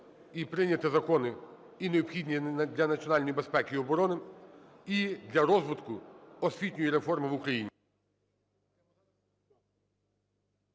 і прийняти закони, які необхідні для національної безпеки і оборони, і для розвитку освітньої реформи в Україні.